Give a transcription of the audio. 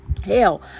Hell